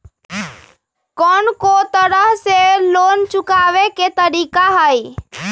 कोन को तरह से लोन चुकावे के तरीका हई?